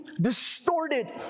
distorted